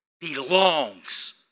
belongs